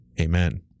Amen